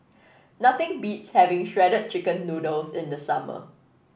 nothing beats having Shredded Chicken Noodles in the summer